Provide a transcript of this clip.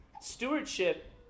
stewardship